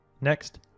Next